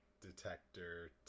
Detector